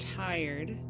tired